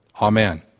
Amen